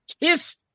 Kiss